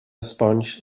sponge